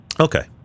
Okay